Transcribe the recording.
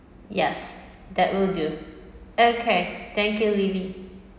yes that will do okay thank you lily